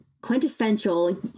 quintessential